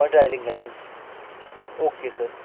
और driving licence okay sir